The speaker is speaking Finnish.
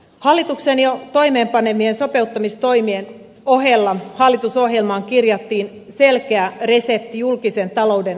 hallituksen jo toimeenpanemien sopeuttamistoimien ohella hallitusohjelmaan kirjattiin selkeä resepti julkisen talouden tasapainottamiseksi